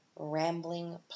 rambling